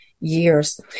years